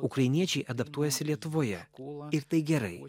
ukrainiečiai adaptuojasi lietuvoje ir tai gerai